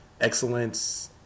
excellence